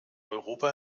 europa